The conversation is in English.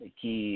Que